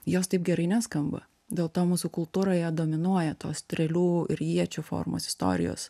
jos taip gerai neskamba dėl to mūsų kultūroje dominuoja tos strėlių ir iečių formos istorijos